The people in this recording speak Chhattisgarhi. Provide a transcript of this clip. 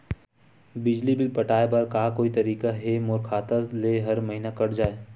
बिजली बिल पटाय बर का कोई तरीका हे मोर खाता ले हर महीना कट जाय?